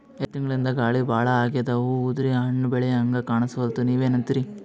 ಎರೆಡ್ ತಿಂಗಳಿಂದ ಗಾಳಿ ಭಾಳ ಆಗ್ಯಾದ, ಹೂವ ಉದ್ರಿ ಹಣ್ಣ ಬೆಳಿಹಂಗ ಕಾಣಸ್ವಲ್ತು, ನೀವೆನಂತಿರಿ?